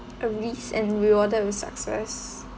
a risk and rewarded with success